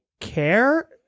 care